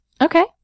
Okay